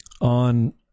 On